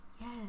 Yes